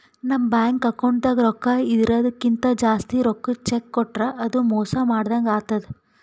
ನಮ್ ಬ್ಯಾಂಕ್ ಅಕೌಂಟ್ದಾಗ್ ರೊಕ್ಕಾ ಇರದಕ್ಕಿಂತ್ ಜಾಸ್ತಿ ರೊಕ್ಕದ್ ಚೆಕ್ಕ್ ಕೊಟ್ರ್ ಅದು ಮೋಸ ಮಾಡದಂಗ್ ಆತದ್